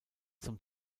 zum